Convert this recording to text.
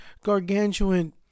gargantuan